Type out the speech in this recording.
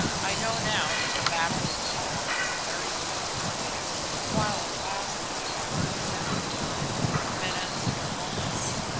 i know now that the battle in the hall was a very brief affair while it lasted i had no sense of time minutes or moments,